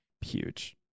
huge